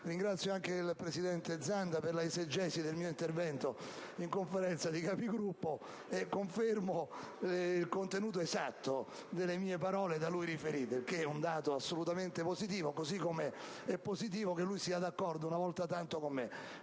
Ringrazio, inoltre, il senatore Zanda per la esegesi del mio intervento in Conferenza dei Capigruppo: confermo il contenuto esatto delle mie parole da lui riferite, che è un dato assolutamente positivo, così come è positivo che egli sia d'accordo, una volta tanto, con me.